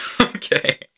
Okay